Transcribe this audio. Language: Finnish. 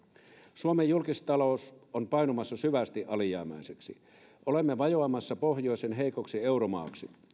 suomen julkistalous on painumassa syvästi alijäämäiseksi olemme vajoamassa pohjoisen heikoksi euromaaksi